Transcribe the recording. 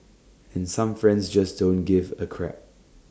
and some friends just don't give A crap